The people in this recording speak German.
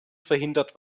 verhindert